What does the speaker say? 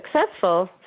successful